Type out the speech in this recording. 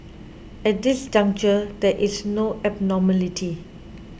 at this juncture there is no abnormality